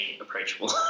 approachable